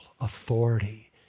authority